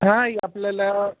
हाई आपल्याला